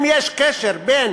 אם יש קשר בין